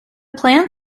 plant